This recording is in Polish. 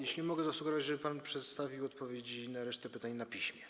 Jeśli mogę, zasugeruję, żeby pan przedstawił odpowiedzi na resztę pytań na piśmie.